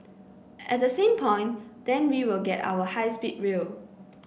at the same point then we will get our high speed rail